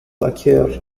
occur